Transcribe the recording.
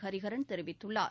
ஹரிஹரன் தெரிவித்துள்ளார்